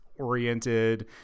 oriented